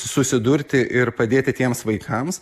susidurti ir padėti tiems vaikams